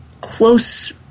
close